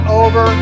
over